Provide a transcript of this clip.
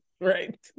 right